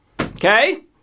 Okay